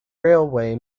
railway